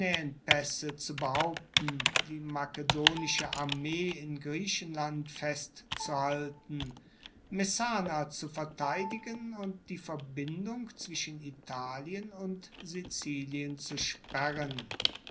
zu behaupten die makedonische armee in griechenland festzuhalten messana zu verteidigen und die verbindung zwischen italien und sizilien zu sperren